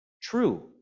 true